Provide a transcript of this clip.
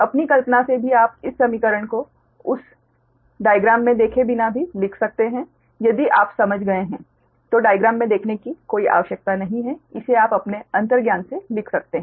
अपनी कल्पना से भी आप इस समीकरण को उस आरेख में देखे बिना भी लिख सकते हैं यदि आप समझ गए हैं तो आरेख में देखने की कोई आवश्यकता नहीं है इसे आप अपने अंतर्ज्ञान से लिख सकते हैं